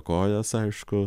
kojas aišku